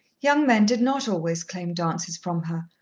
young men did not always claim dances from her,